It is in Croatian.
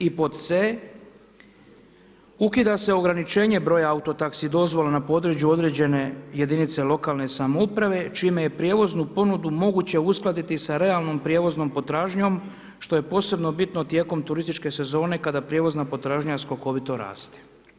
I pod c) ukida se ograničenje broja auto taxi dozvola na području određene jedinice lokalne samouprave, čime je prijevoznu ponudu moguće uskladiti sa realnom prijevoznom potražnjom, što je posebno bitno tijekom turističke sezone kada prijevozna potražnja skokovito raste.